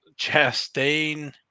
Chastain